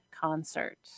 concert